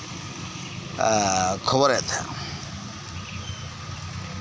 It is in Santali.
ᱮᱸᱜ ᱠᱷᱚᱵᱚᱨᱮᱫ ᱛᱟᱦᱮᱸᱫ